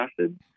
Acid